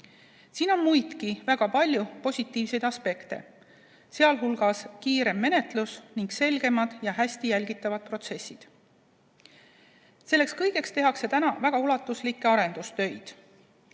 Siin on väga palju muidki positiivseid aspekte, sh kiirem menetlus ning selgemad ja hästi jälgitavad protsessid. Selleks kõigeks tehakse väga ulatuslikke arendustöid.